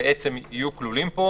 יהיו כלולים פה.